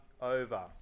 over